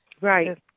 Right